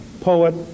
poet